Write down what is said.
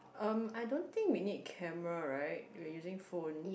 um I don't think we need camera right we're using phone